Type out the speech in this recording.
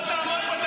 בוא תעמוד פה,